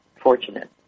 fortunate